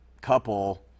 couple